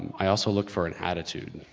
i also look for an attitude.